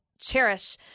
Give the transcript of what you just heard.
cherish